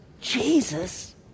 Jesus